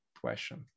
question